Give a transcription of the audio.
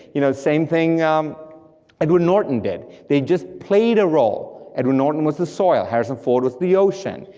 you know same thing edward norton did, they just played a role. edward norton was the soil, harrison ford was the ocean,